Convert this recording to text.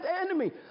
enemy